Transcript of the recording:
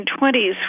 1920s